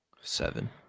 Seven